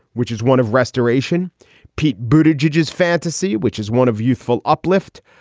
which is one of restoration pete booted judges fantasy, which is one of youthful uplift.